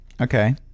Okay